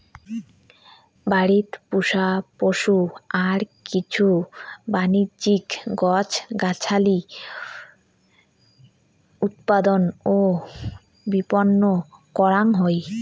বাড়িত পোষা পশু আর কিছু বাণিজ্যিক গছ গছালি উৎপাদন ও বিপণন করাং হই